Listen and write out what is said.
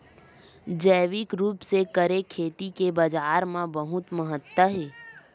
जैविक रूप से करे खेती के बाजार मा बहुत महत्ता हे